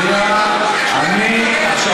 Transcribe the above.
בוא תדבר על מה